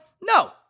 No